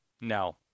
No